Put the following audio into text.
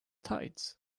tides